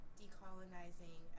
decolonizing